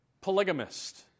polygamist